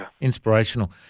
Inspirational